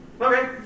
Okay